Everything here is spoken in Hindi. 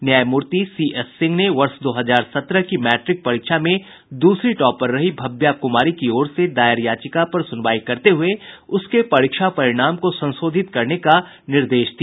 न्यायमूर्ति सी एस सिंह ने वर्ष दो हजार सत्रह की मैट्रिक परीक्षा में दूसरी टॉपर रही भव्या कुमारी की ओर से दायर याचिका पर सुनवाई करते हुये उसके परीक्षा परिणाम को संशोधित करने का निर्देश दिया